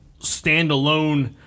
standalone